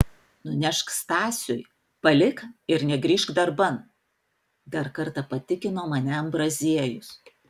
nunešk stasiui palik ir negrįžk darban dar kartą patikino mane ambraziejus